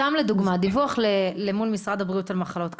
לדוגמה: דיווח למול משרד הבריאות על מחלות קשות,